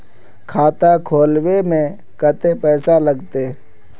खाता खोलबे में कते पैसा लगते?